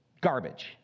garbage